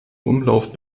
umlauf